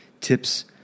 Tips